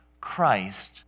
Christ